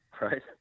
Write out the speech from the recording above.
Right